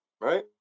right